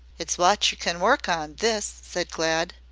it's wot yer can work on this, said glad.